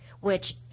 which-